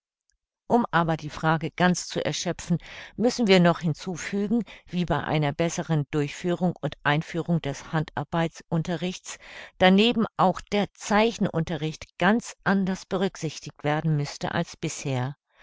um aber die frage ganz zu erschöpfen müssen wir noch hinzufügen wie bei einer besseren durchführung und einführung des handarbeitunterrichts daneben auch der zeichnenunterricht ganz anders berücksichtigt werden müßte als bisher